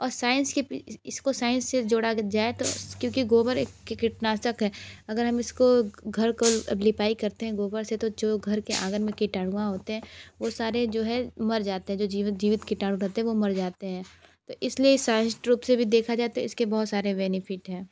और साइंस के इसको साइंस से जोड़ा जाए तो क्योंकि गोबर एक कीटनाशक है अगर हम इसको घर को लिपाई करते हैं गोबर से तो जो घर के आंगन में कीटाणु होते हैं वह सारे जो है मर जाते हैं जो जीवित जीवित कीटाणु रहते हैं वह मर जाते हैं तो इसलिए साइंसट्रू रूप से भी देखा जाए तो इसके बहुत सारे बेनिफिट है